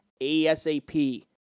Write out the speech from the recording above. ASAP